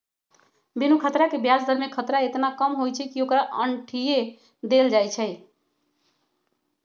बिनु खतरा के ब्याज दर में खतरा एतना कम होइ छइ कि ओकरा अंठिय देल जाइ छइ